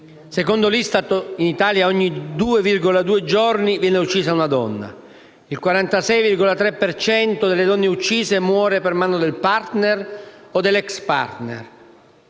Secondo L 'ISTAT, In Italia ogni 2,2 giorni viene uccisa una donna. Il 46,3 per cento delle donne uccise muore per mano del *partner* o dell'ex *partner*.